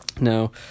no